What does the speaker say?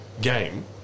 game